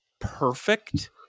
perfect